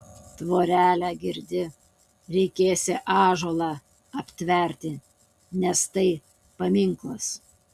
tvorelę girdi reikėsią ąžuolą aptverti nes tai paminklas